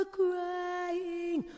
crying